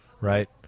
Right